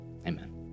amen